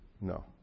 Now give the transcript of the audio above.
No